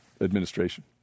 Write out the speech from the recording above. administration